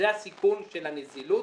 זה הסיכום של הנזילות,